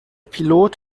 pilot